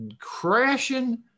crashing